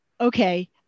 Okay